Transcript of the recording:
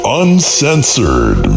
uncensored